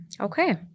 Okay